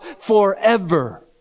forever